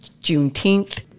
Juneteenth